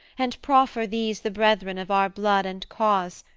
and proffer these the brethren of our blood and cause,